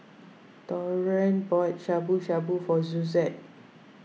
Taurean bought Shabu Shabu for Suzette